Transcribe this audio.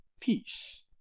peace